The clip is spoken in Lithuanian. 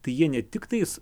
tai jie ne tiktais